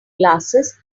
glasses